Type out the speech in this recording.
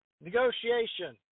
negotiation